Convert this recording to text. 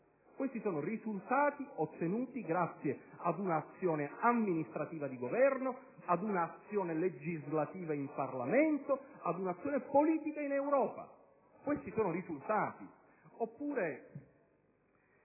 Questi sono risultati ottenuti grazie ad un'azione amministrativa di governo, ad un'azione legislativa in Parlamento e ad un'azione politica in Europa. Questi sono risultati!